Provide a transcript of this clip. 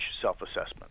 self-assessment